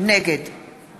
נגד